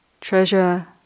treasure